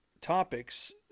topics